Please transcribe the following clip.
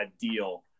deal